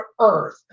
earth